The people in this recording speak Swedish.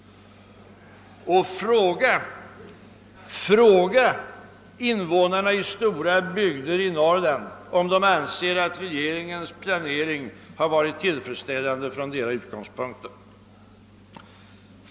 Och fråga invånarna i stora bygder i Norrland. om de anser att regeringens planering varit tillfredsställande för deras del!